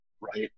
right